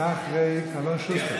אתה אחרי אלון שוסטר.